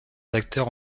acteurs